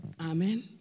Amen